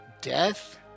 death